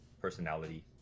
personality